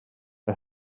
mae